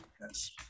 Yes